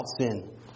sin